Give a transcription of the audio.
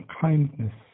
kindness